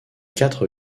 quatre